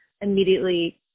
immediately